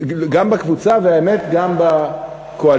גם בקבוצה, והאמת, גם בקואליציה.